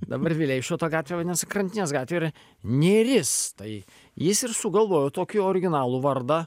dabar vileišio gatvė vadinasi krantinės gatvė ir nėris tai jis ir sugalvojo tokį originalų vardą